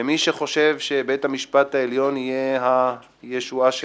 למי שחושב שבית המשפט העליון יהיה הישועה שלו,